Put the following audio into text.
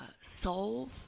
solve